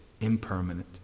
impermanent